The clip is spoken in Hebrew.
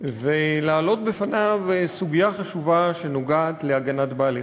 ולהעלות בפניו סוגיה חשובה שנוגעת להגנת בעלי-חיים,